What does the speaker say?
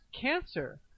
cancer